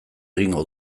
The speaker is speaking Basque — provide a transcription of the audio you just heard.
egingo